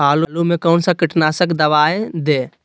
आलू में कौन सा कीटनाशक दवाएं दे?